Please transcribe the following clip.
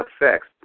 effects